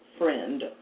Friend